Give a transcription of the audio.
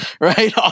right